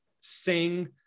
sing